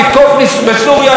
נתקוף בסוריה,